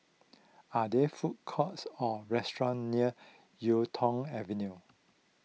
are there food courts or restaurants near Yuk Tong Avenue